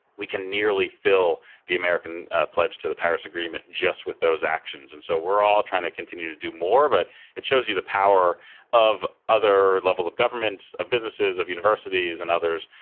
we can nearly fill the american pledge to the paris agreement just with those actions, and so we're all trying to continue to do more, but it shows you the power of other levels of government, of businesses, of universities, and others.